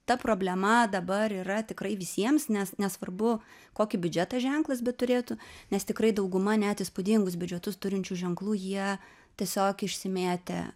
ta problema dabar yra tikrai visiems nes nesvarbu kokį biudžetą ženklas beturėtų nes tikrai dauguma net įspūdingus biudžetus turinčių ženklų jie tiesiog išsimėtę